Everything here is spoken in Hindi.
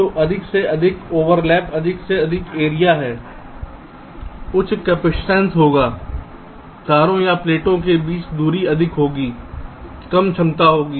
तो अधिक से अधिक ओवरलैप अधिक से अधिक एरिया है उच्च कपसिटंस होगी तारों या प्लेटों के बीच की दूरी अधिक होगी कम क्षमता होगी